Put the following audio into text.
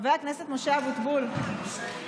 חבר הכנסת משה אבוטבול, המציע.